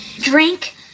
drink